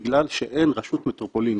בגלל שאין רשות מטרופולינית.